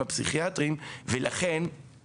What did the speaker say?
הקורונה של יותר אנשים שהגיעו לבתי החולים הפסיכיאטריים,